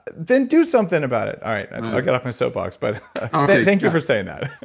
then do something about it. all right, i got off my soapbox. but thank you for saying that